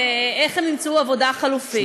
איך הם ימצאו עבודה חלופית.